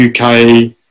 UK